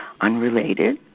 unrelated